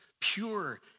pure